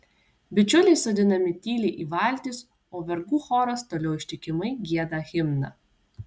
bičiuliai sodinami tyliai į valtis o vergų choras toliau ištikimai gieda himną